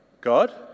God